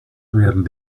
werden